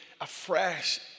afresh